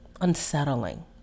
unsettling